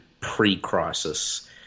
pre-crisis